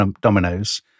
dominoes